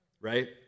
right